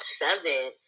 seven